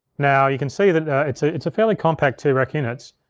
now you can see that it's ah it's a fairly compact two-rack units.